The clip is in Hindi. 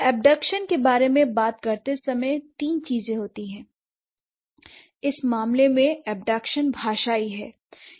इबडक्शन के बारे में बात करते समय तीन चीजें होती हैं इस मामले में इबडक्शन भाषाई है